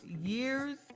years